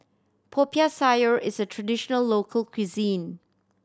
Popiah Sayur is a traditional local cuisine